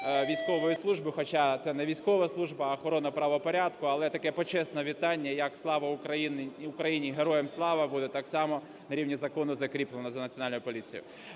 військової служби, хоча це не військова служба, а охорона правопорядку. Але таке почесне вітання як "Слава Україні" і "Героям слава" буде так само на рівні закону закріплено за Національною поліцією.